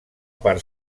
part